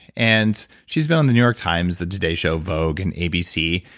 and she's been on the new york times, the today show, vogue, and abc,